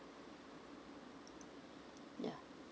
yeah